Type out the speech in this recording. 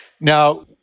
Now